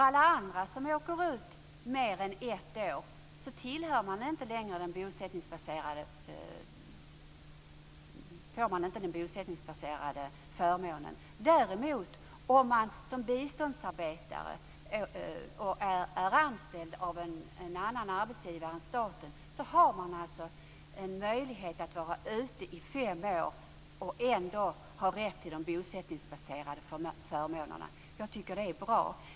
Alla andra som åker ut mer än ett år får inte den bosättningsbaserade förmånen. Om man däremot som biståndsarbetare är anställd av en annan arbetsgivare än staten har man en möjlighet att vara ute i fem år och ändå ha rätt till de bosättningsbaserade förmånerna. Jag tycker att det är bra.